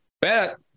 bet